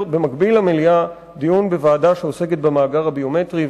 במקביל למליאה דיון בוועדה שעוסקת במאגר הביומטרי,